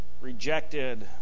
rejected